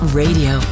radio